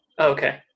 Okay